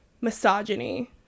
misogyny